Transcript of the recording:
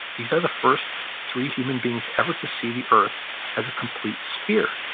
these are the first three human beings ever to see the earth as a complete sphere.